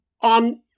on